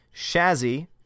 Shazzy